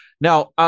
Now